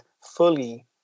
fully